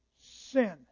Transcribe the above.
sin